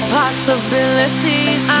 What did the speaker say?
possibilities